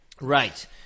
Right